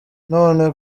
none